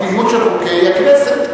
של חוקי הכנסת.